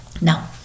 Now